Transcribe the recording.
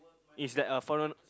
is that a foreign